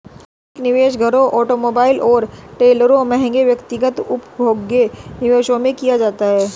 अधिक निवेश घरों ऑटोमोबाइल और ट्रेलरों महंगे व्यक्तिगत उपभोग्य निवेशों में किया जाता है